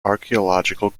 archeological